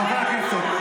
חברי הכנסת.